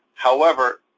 however,